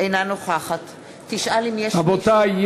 אינה נוכחת רבותי,